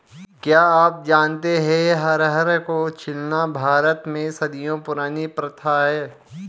क्या आप जानते है अरहर को छीलना भारत में सदियों पुरानी प्रथा है?